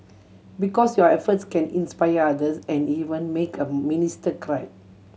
because your efforts can inspire others and even make a minister cry